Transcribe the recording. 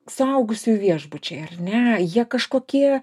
suaugusiųjų viešbučiai ar ne jie kažkokie